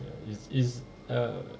is is err